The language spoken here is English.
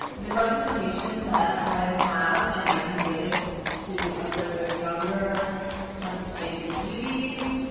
the representation that i have and i can give to other younger dark-skinned beauties